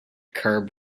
curb